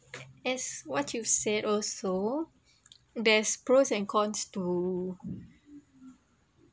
as what you said also there's pros and cons to